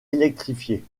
électrifiée